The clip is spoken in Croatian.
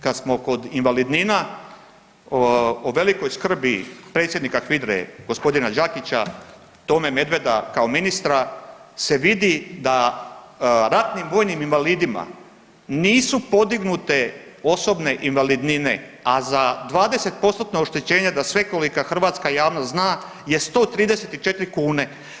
Kad smo kod invalidnina, o velikoj skrbi predsjednika HVIDRA-e g. Đakića, Tome Medveda kao ministra se vidi da ratnim vojnim invalidima nisu podignute osobne invalidnine, a za 20%-tna oštećenja, da svekolika hrvatska javnost zna je 134 kune.